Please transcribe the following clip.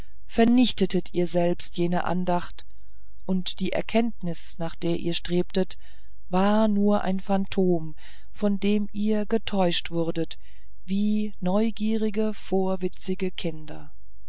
vernichtetet ihr selbst jene andacht und die erkenntnis nach der ihr strebtet war nur ein phantom von dem ihr getäuscht wurdet wie neugierige vorwitzige kinder